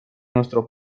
nuestro